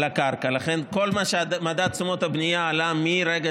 לכן כל מה שעלה במדד תשומות הבנייה מרגע